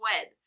Web